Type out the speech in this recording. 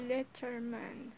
Letterman